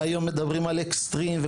והיום מדברים על אקסטרים.